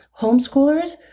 Homeschoolers